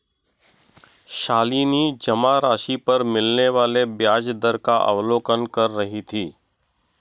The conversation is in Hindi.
शालिनी जमा राशि पर मिलने वाले ब्याज दर का अवलोकन कर रही थी